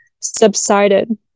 subsided